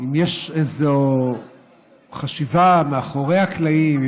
אם יש איזו חשיבה מאחורי הקלעים,